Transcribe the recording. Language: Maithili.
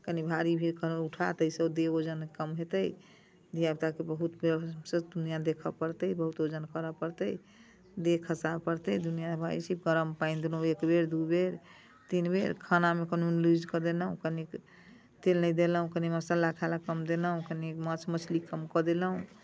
कनी भारी भीर कहलहुँ उठा ताहिसँ देह ओजन कम हेतै धिया पुताके बहुत सौँसे दुनिआँ देखय पड़तै बहुत ओजन करय पड़तै देह खसाबय पड़तै दुनिआँमे भऽ जाइत छै गरम पानि देलहुँ एक बेर दू बेर तीन बेर खानामे कोनो लूज कऽ देलहुँ कनिक तेल नहि देलहुँ कनी मसाला खाए लेल कम देलहुँ कनी माछ मछली कम कऽ देलहुँ